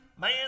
Man